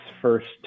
first